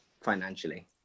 financially